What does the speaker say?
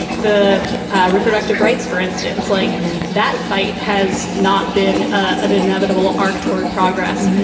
the reproductive rights, for instance, like that fight has not been an inevitable arc toward progress.